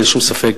אין שום ספק